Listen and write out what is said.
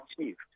achieved